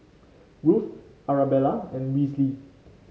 Ruth Arabella and Wesley